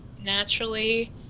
naturally